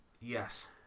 Yes